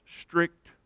strict